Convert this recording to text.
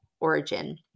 origin